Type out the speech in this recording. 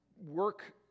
work